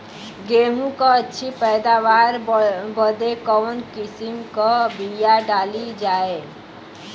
गेहूँ क अच्छी पैदावार बदे कवन किसीम क बिया डाली जाये?